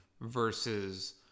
versus